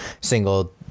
single